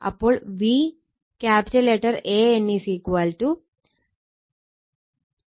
അപ്പോൾ VAN 100 angle 0o ആണ്